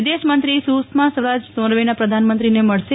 વિદેશ મંત્રી સુષ્મા સ્વરાજ નો ર્વેના પ્રધાનમંત્રી ને મળશે